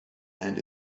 and